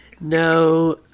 No